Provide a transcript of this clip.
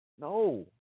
No